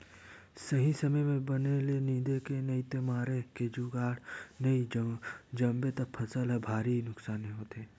सही समे म बन ल निंदे के नइते मारे के जुगाड़ नइ जमाबे त फसल ल भारी नुकसानी होथे